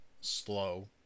slow